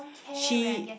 she